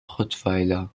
rottweiler